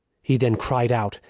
he then cried out,